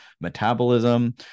metabolism